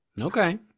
Okay